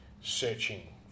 searching